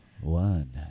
one